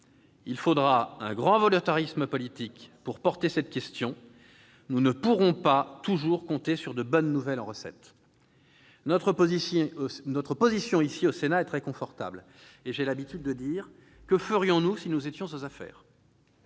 Il faudra un grand volontarisme politique pour porter cette question ; nous ne pourrons pas toujours compter de bonnes nouvelles en recettes. Notre position, ici, au Sénat, est très confortable, et j'ai l'habitude de dire « Que ferions-nous si nous étions aux affaires ?